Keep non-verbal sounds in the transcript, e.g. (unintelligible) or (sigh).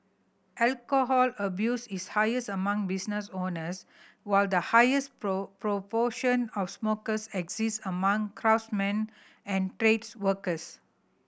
alcohol abuse is highest among business owners while the highest (unintelligible) proportion of smokers exists among craftsmen and trades workers